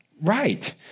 Right